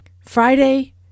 Friday